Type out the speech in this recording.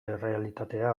errealitatea